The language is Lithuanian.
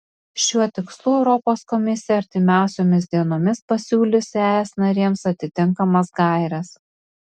šiuo tikslu europos komisija artimiausiomis dienomis pasiūlys es narėms atitinkamas gaires